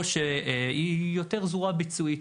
או שהוא יותר זרוע ביצועית.